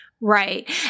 Right